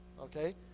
okay